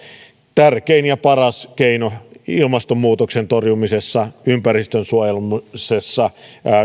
tärkein ja paras keino ilmastonmuutoksen torjumisessa ympäristön suojelemisessa